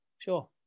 Sure